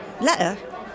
Letter